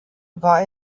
war